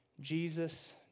Jesus